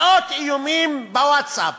מאות איומים בווטסאפ,